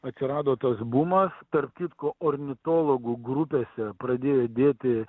atsirado tas bumas tarp kitko ornitologų grupėse pradėjo dėti